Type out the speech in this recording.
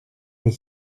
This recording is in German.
ich